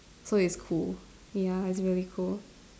so it's cool ya it's very cool